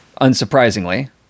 unsurprisingly